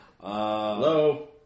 Hello